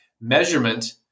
measurement